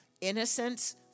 innocence